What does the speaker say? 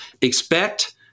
expect